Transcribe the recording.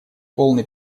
полный